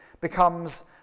becomes